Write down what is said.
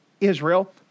Israel